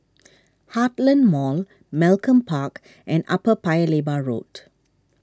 Heartland Mall Malcolm Park and Upper Paya Lebar Road